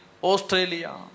Australia